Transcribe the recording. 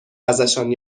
ازشان